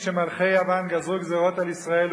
כשמלכי יוון גזרו גזירות על ישראל,